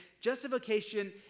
Justification